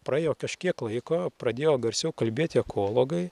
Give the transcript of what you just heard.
praėjo kažkiek laiko pradėjo garsiau kalbėti ekologai